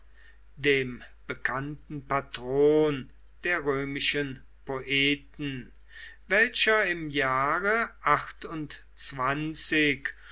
dem bekannten patron der römischen poeten welcher im jahre